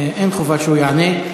אין חובה שהוא יענה.